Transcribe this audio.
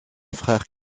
frère